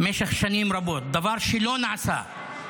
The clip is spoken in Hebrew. במשך שנים רבות, דבר שלא נעשה.